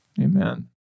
Amen